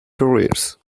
careers